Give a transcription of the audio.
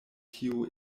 tiu